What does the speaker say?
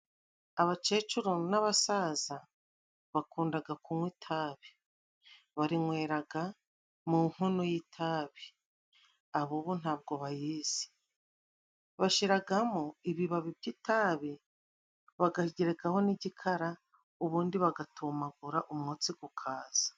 Abakecuru n'abasaza, bakundaga kunywa itabi. Banyweraga mu nkono y'itabi. Ab'ubu ntabwo bayizi. Bashiragamo ibibabi by'itabi bakayigerekaho n'igikara, ubundi bagatumagura umwotsi gukaza.